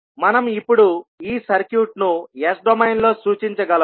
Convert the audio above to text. మనం ఇప్పుడు ఈ సర్క్యూట్ను S డొమైన్లో సూచించగలము